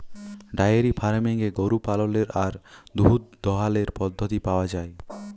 diary ফার্মিংয়ে গরু পাললের আর দুহুদ দহালর পদ্ধতি পাউয়া যায়